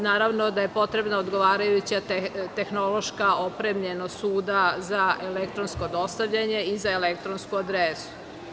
Naravno da je potrebna odgovarajuća tehnološka opremljenost suda za elektronsko dostavljanje i za elektronsku adresu.